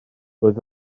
roedd